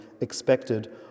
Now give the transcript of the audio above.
expected